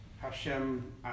Hashem